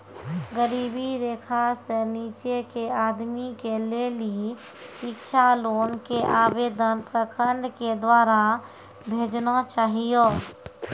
गरीबी रेखा से नीचे के आदमी के लेली शिक्षा लोन के आवेदन प्रखंड के द्वारा भेजना चाहियौ?